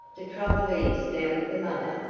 the trouble is now with the mother.